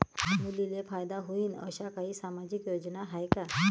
मुलींले फायदा होईन अशा काही सामाजिक योजना हाय का?